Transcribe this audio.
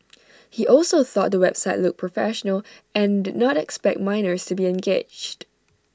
he also thought the website looked professional and did not expect minors to be engaged